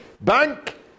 bank